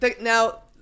now